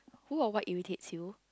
who or what irritates you